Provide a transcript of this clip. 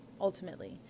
ultimately